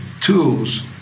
tools